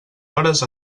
hores